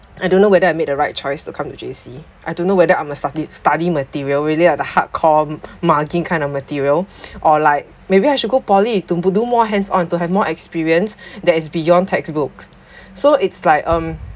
I don't know whether I made the right choice to come to J_C I don't know whether I'm a study study material really are the hardcore mugging kind of material or like maybe I should go poly to p~ do more hands on to have more experience that is beyond textbooks so it's like um